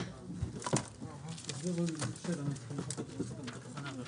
הישיבה ננעלה בשעה 12:11.